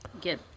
get